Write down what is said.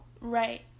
Right